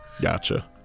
Gotcha